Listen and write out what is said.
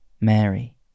Mary